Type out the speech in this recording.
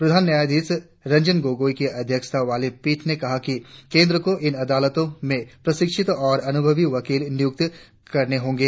प्रधान न्यायाधीश रंजन गोगोई की अध्यक्षता वाली पीठ ने कहा कि केंद्र को इन अदालतों में प्रशिक्षित और अनुभवी वकील नियुक्त करने होंगे